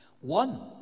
One